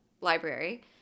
library